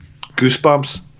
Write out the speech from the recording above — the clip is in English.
goosebumps